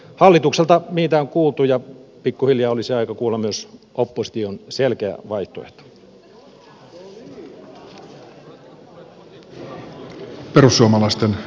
hallitukselta niitä on kuultu ja pikkuhiljaa olisi aika kuulla myös opposition selkeä vaihtoehto